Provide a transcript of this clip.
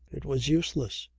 it was useless.